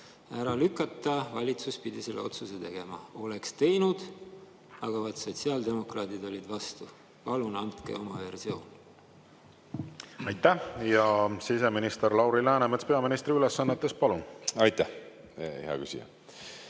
ära lükata. Valitsus pidi selle otsuse tegema. Oleks teinud, aga sotsiaaldemokraadid olid vastu. Palun andke oma versioon. Aitäh! Siseminister Lauri Läänemets peaministri ülesannetes, palun! Aitäh! Siseminister